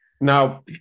Now